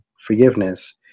forgiveness